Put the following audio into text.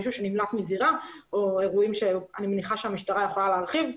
מישהו שנמלט מזירה או אירועים שאני מניחה שהמשטרה יכולה להרחיב.